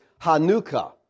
Hanukkah